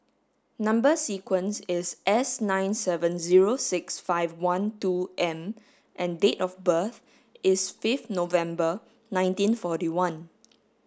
number sequence is S nine seven zero six five one two M and date of birth is fifth November nineteen fourty one